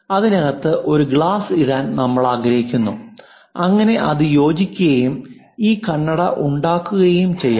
അതിനകത്ത് ഒരു ഗ്ലാസ് ഇടാൻ നമ്മൾ ആഗ്രഹിക്കുന്നു അങ്ങനെ അത് യോജിക്കുകയും ഈ കണ്ണട ഉണ്ടാക്കുകയും ചെയ്യാം